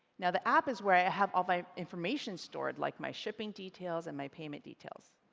now the app is where i have all my information stored, like my shipping details and my payment details.